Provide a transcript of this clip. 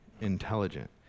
intelligent